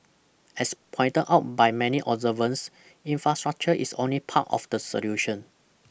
as pointed out by many observers infrastructure is only part of the solution